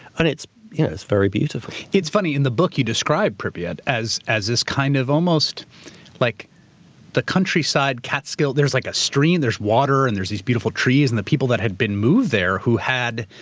and it's yeah it's very beautiful. it's funny, in the book you described pripyat as as this kind of almost like the countryside catskill. there's like a stream. there's water and there's these beautiful trees and the people that had been moved there who had.